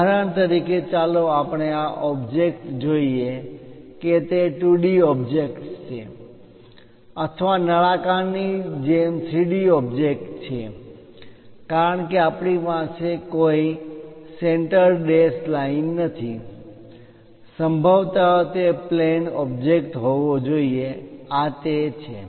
ઉદાહરણ તરીકે ચાલો આપણે આ ઓબ્જેક્ટ જોઈએ કે તે 2d ઓબ્જેક્ટ છે અથવા નળાકાર ની જેમ 3d ઓબ્જેક્ટ છે કારણ કે આપણી પાસે કોઈ સેન્ટર ડેશ લાઈન નથી સંભવત તે પ્લેન ઓબ્જેક્ટ હોવો જોઈએ આ તે છે